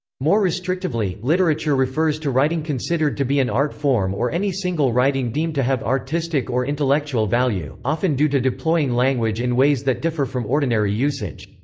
more restrictively, literature refers to writing considered to be an art form or any single writing deemed to have artistic or intellectual value, often due to deploying language in ways that differ from ordinary usage.